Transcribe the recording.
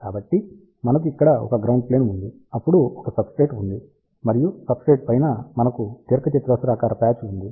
కాబట్టి మనకు ఇక్కడ ఒక గ్రౌండ్ ప్లేన్ ఉంది అప్పుడు ఒక సబ్స్ట్రేట్ ఉంది మరియు సబ్స్ట్రేట్ పైన మనకు దీర్ఘచతురస్రాకార పాచ్ ఉంది